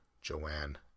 Joanne